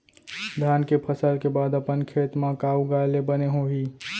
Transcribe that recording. धान के फसल के बाद अपन खेत मा का उगाए ले बने होही?